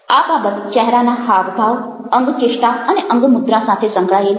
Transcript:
આ બાબત ચહેરાના હાવભાવ અંગચેષ્ટા અને અંગમુદ્રા સાથે સંકળાયેલી છે